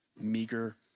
meager